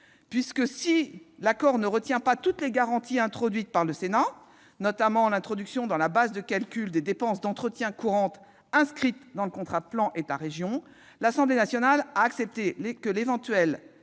effet, si l'accord ne retient pas toutes les garanties introduites par le Sénat, notamment l'introduction dans la base de calcul des dépenses d'entretien courantes inscrites au contrat de plan État-région, l'Assemblée nationale a accepté que l'éventuelle